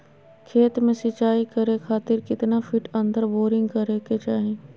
खेत में सिंचाई करे खातिर कितना फिट अंदर बोरिंग करे के चाही?